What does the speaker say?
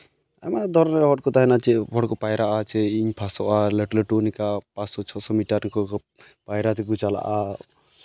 ᱟᱭᱢᱟ ᱫᱷᱚᱨᱚᱱ ᱨᱮᱱ ᱦᱚᱲ ᱠᱚ ᱛᱟᱦᱮᱱᱟ ᱪᱮᱫ ᱦᱚᱲ ᱠᱚ ᱯᱟᱭᱨᱟᱜ ᱟᱪᱮ ᱤᱧ ᱯᱷᱟᱥᱚᱜᱼᱟ ᱞᱟᱹᱴᱩ ᱞᱟᱹᱴᱩ ᱱᱤᱝᱠᱟ ᱯᱟᱥᱥᱚ ᱪᱷᱚᱥᱚ ᱢᱤᱴᱟᱨ ᱨᱮᱠᱚ ᱯᱟᱭᱨᱟ ᱛᱮᱠᱚ ᱪᱟᱞᱟᱜᱼᱟ